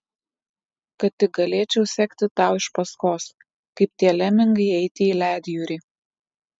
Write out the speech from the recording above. kad tik galėčiau sekti tau iš paskos kaip tie lemingai eiti į ledjūrį